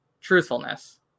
truthfulness